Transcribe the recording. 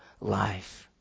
life